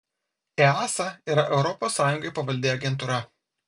easa yra europos sąjungai pavaldi agentūra